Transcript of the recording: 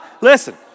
listen